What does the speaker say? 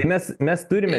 nes mes turime